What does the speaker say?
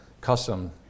custom